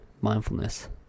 mindfulness